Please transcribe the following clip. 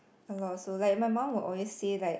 a lot also like my mom will always say like